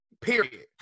Period